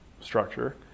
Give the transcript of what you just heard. structure